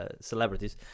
celebrities